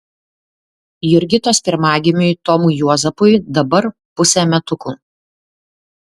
jurgitos pirmagimiui tomui juozapui dabar pusė metukų